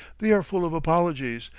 they are full of apologies,